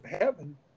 heaven